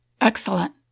Excellent